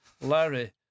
Larry